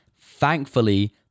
Thankfully